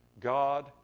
God